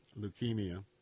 leukemia